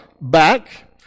back